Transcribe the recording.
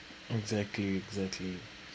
exactly exactly